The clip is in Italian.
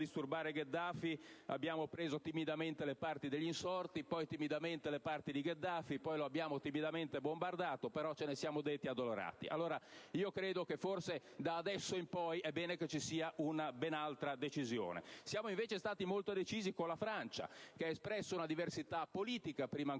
disturbare Gheddafi" abbiamo preso timidamente le parti degli insorti, poi timidamente le parti di Gheddafi, poi l'abbiamo timidamente bombardato, però ce ne siamo detti addolorati. Io credo che forse, da adesso in poi, è bene che ci sia ben altra decisione. Siamo invece stati molto decisi con la Francia, che ha espresso una diversità politica prima ancora